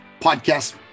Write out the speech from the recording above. podcast